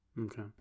Okay